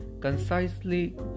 Concisely